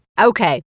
Okay